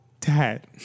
Dad